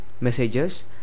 messages